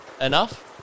enough